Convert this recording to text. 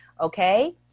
okay